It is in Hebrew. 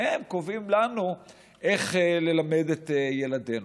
והם קובעים לנו איך ללמד את ילדינו.